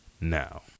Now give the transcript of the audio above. now